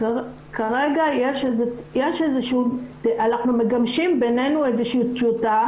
כרגע אנחנו מגבשים בינינו איזו טיוטה